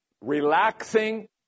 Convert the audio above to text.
relaxing